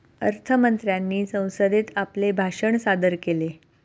अर्थ मंत्र्यांनी संसदेत आपले भाषण सादर केले